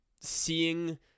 Seeing